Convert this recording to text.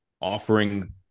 offering